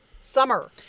summer